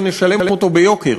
ונשלם אותו ביוקר.